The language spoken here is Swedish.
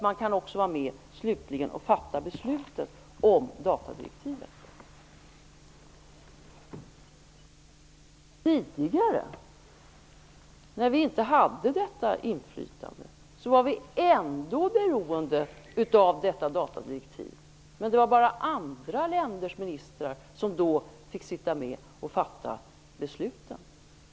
Man kan också vara med och fatta de slutliga besluten om datadirektiven. Tidigare, när vi inte hade detta inflytande, var vi ändå beroende av detta datadirektiv. Då var det bara andra länders ministrar som fick sitta med och fatta besluten.